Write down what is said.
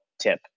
tip